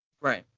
Right